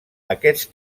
aquest